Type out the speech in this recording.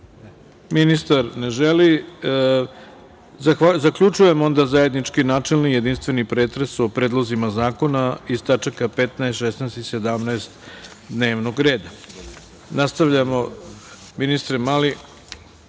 ministar? Ne želi. Onda zaključujem zajednički načelni jedinstveni pretres o predlozima zakona iz tačaka 15, 16. i 17. dnevnog reda. Ministre Mali,